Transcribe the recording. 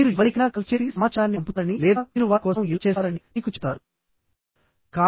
మీరు ఎవరికైనా కాల్ చేసి సమాచారాన్ని పంపుతారని లేదా మీరు వారి కోసం ఇలా చేస్తారని మీకు చెబుతారు